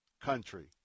country